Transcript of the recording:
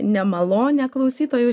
nemalonę klausytojų